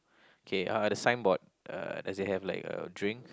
K uh the signboard uh does it have like a drink